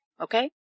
okay